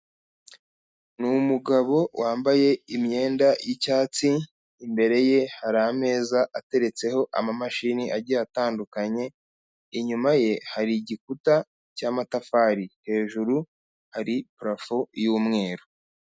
Numugabo wambaye imyenda yicyatsi imbere ye hari ameza ateretseho amamashini agiye atandukanye inyuma ye hari igikuta cyamatafari hejuru hari parafe y'umweru.